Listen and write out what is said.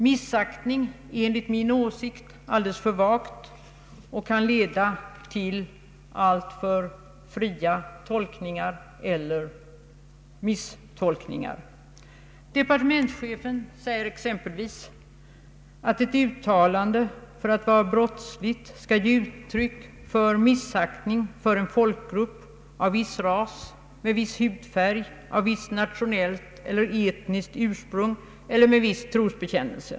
Missaktning är enligt min mening alltför vagt och kan locka till alltför fria tolkningar eller misstolkningar. Departementschefen säger exempelvis att ett uttalande för att vara brottsligt skall ge uttryck för missaktning för en folkgrupp av viss ras, med viss hudfärg, av visst nationellt eller etniskt ursprung eller med viss trosbekännelse.